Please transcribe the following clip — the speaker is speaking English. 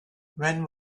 when